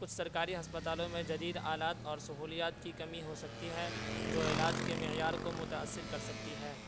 کچھ سرکاری ہسپتالوں میں جدید آلات اور سہولیات کی کمی ہو سکتی ہے جو علاج کے معیار کو متاثر کر سکتی ہے